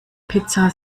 pizza